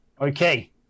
Okay